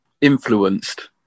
influenced